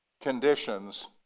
conditions